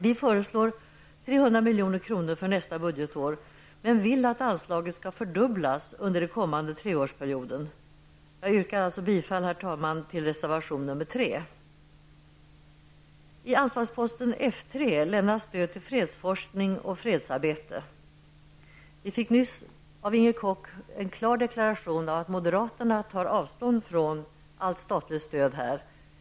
Vi föreslår 300 milj.kr. för nästa budgetår men vill att anslaget skall fördubblas under den kommande treårsperioden. Herr talman! Jag yrkar bifall till reservation nr 3. Vi fick nyss av Inger Koch en klar deklaration om att moderaterna tar avstånd från allt statligt stöd i detta sammanhang.